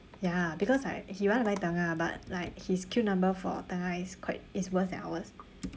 ya because right he want to buy tengah but like his queue number for tengah is quite is worse than ours